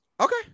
Okay